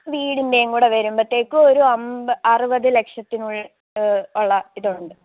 വീടിൻറ്റേങ്കൂടെ വരുമ്പോഴ്ത്തേക്ക് ഒരു അൻപത് ആറുപത് ലക്ഷത്തിനുള്ള ഉള്ള ഇതുണ്ട്